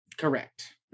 Correct